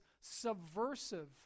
subversive